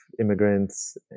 immigrants